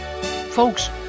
Folks